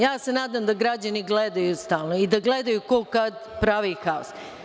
Ja se nadam da građani gledaju stalno i da gledaju ko kad pravi haos.